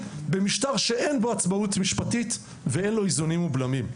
במשטר בו אין עצמאות משפטית ואין איזונים ובלמים.